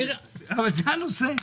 הרי זה הנושא.